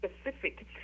specific